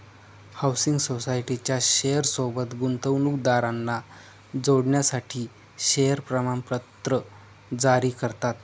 housing सोसायटीच्या share सोबत गुंतवणूकदारांना जोडण्यासाठी शेअर प्रमाणपत्र जारी करतात